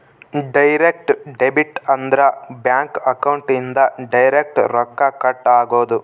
direct debit ಅಂದ್ರ bank account ಇಂದ direct ರೊಕ್ಕ ಕಟ್ ಆಗೋದು